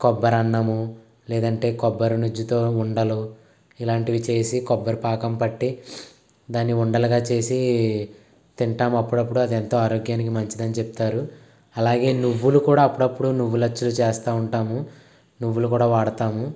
కొబ్బరన్నము లేదంటే కొబ్బరి నుజ్జుతో ఉండలు ఇలాంటివి చేసి కొబ్బరి పాకం పట్టి దాని ఉండలుగా చేసి తింటాం అప్పుడప్పుడు అది ఎంతో ఆరోగ్యానికి మంచిది అని చెప్తారు అలాగే నువ్వులు కూడా అప్పుడప్పుడు నువ్వులచ్చులు చేస్తూ ఉంటాము నువ్వులు కూడా వాడతాము